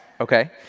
Okay